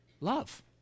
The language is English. Love